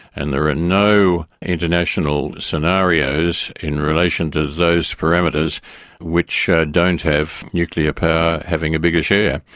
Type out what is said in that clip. and there are no international scenarios in relation to those parameters which don't have nuclear power having a bigger share,